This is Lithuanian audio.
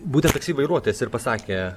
būtent taksi vairuotojas ir pasakė